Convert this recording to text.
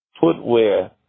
footwear